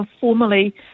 formally